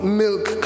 milk